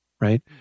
right